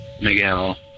Miguel